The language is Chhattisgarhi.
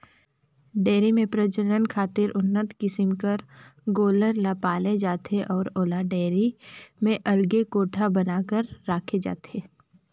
डेयरी में प्रजनन खातिर उन्नत किसम कर गोल्लर ल पाले जाथे अउ ओला डेयरी में अलगे कोठा बना कर राखे जाथे